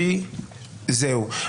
שנייה,